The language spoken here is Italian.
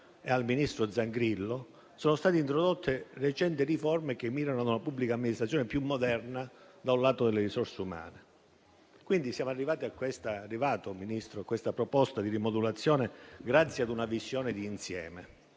e al ministro Zangrillo sono state introdotte recenti riforme che mirano a una pubblica amministrazione più moderna dal lato delle risorse umane. Quindi è arrivata, signor Ministro, la proposta di rimodulazione grazie ad una visione di insieme